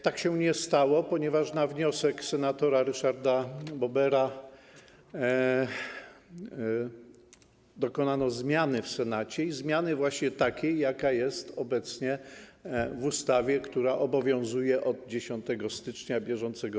Tak się nie stało, ponieważ na wniosek senatora Ryszarda Bobera dokonano zmiany w Senacie, zmiany właśnie takiej, jaka jest obecnie w ustawie, która obowiązuje od 10 stycznia br.